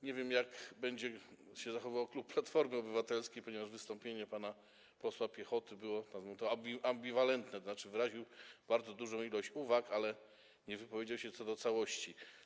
Nie wiem, jak będzie się zachowywał klub Platformy Obywatelskiej, ponieważ wystąpienie pana posła Piechoty było ambiwalentne, zgłosił on bardzo dużą ilość uwag, ale nie wypowiedział się co do całości.